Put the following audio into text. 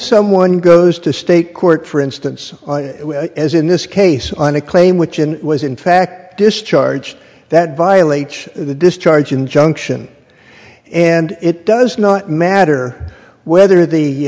someone goes to state court for instance as in this case on a claim which in was in fact discharged that violates the discharge injunction and it does not matter whether the